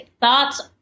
Thoughts